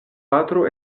patro